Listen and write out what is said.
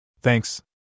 Thanks